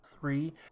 three